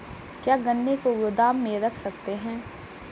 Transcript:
क्या गन्ने को गोदाम में रख सकते हैं?